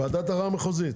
ועדת ערר מחוזית?